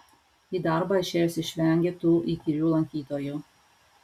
į darbą išėjus išvengi tų įkyrių lankytojų